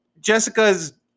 Jessica's